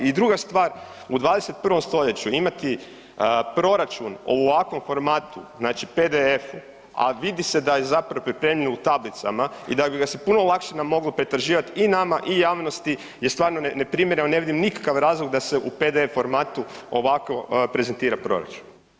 I druga stvar, u 21. stoljeću imati proračun u ovakvom formatu znači PDF-u, a vidi se da je pripremljen u tablicama i da bi ga se puno lakše moglo pretraživat i nama i javnosti je stvarno neprimjereno i ne vidim nikakav razlog da se u PDF formatu ovako prezentira proračun.